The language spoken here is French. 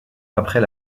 après